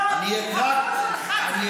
חברת הכנסת סטרוק, בבקשה לשבת.